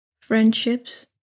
friendships